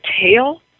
tail